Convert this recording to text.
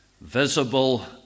visible